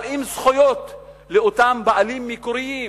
אבל עם זכויות לאותם בעלים מקוריים,